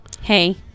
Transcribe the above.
Hey